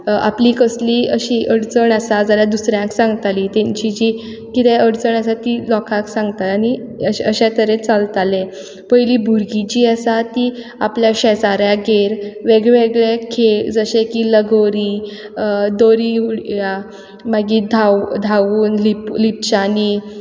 आपली कसलीय अशी अडचण आसा जाल्यार दुसऱ्यांक सांगताली तेंची जी कितेंय अडचण आसा ती लोकांक सांगताली आनी अशें तरेन चलतालें पयलीं भुरगीं जीं आसा तीं आपल्या शेजाऱ्यागेर वेगवेगळे खेळ जशे की लगोरी दोरी उड्या मागीर धांवपा धांवून लिपच्यांनी